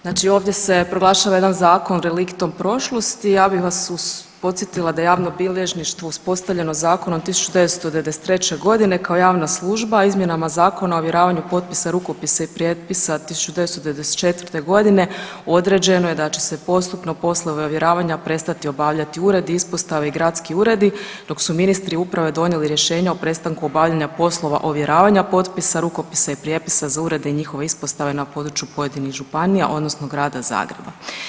Znači ovdje se proglašava jedan zakon reliktom prošlosti, ja bi vas uz, podsjetila da javno bilježništvo uspostavljeno zakonom 1993. g. kao javna služba izmjenama Zakona o ovjeravanju potpisa, rukopisa i prijepisa 1994. g., određeno je da će se postupno poslove ovjeravanja prestati obavljati uredi, ispostave i gradski uredi, dok su ministri uprave donijeli rješenja o prestanku obavljanja poslova ovjeravanja potpisa, rukopisa i prijepisa za urede i njihove ispostave na području pojedinih županija odnosno Grada Zagreba.